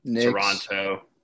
Toronto